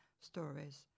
stories